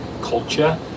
culture